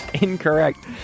Incorrect